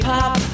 Pop